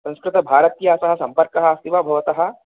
संस्कृतभारत्या सह सम्पर्कः अस्ति वा भवतः